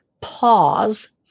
pause